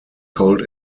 cold